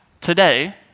today